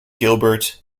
gilbert